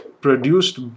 produced